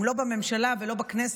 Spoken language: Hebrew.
אם לא בממשלה ולא בכנסת,